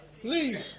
Please